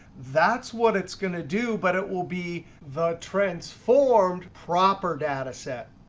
that's what it's going to do. but it will be the transformed proper data set.